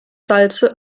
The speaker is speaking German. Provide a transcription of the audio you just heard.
salze